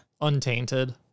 untainted